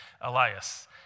Elias